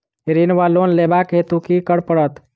ऋण वा लोन लेबाक हेतु की करऽ पड़त?